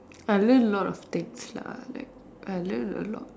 I learn lots of things lah like I learn a lot